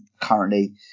currently